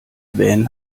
van